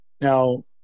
Now